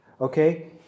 okay